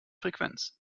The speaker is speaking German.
frequenz